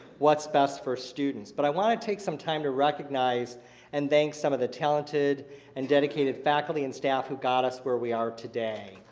what's best for students? but i want to take some time to recognize and thank some of the talented and dedicated faculty and staff who got us where we are today.